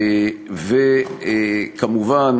וכמובן,